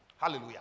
hallelujah